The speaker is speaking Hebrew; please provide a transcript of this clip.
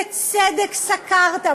בצדק סקרת,